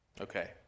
Okay